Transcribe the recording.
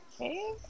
Okay